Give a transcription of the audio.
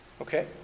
Okay